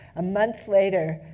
a month later,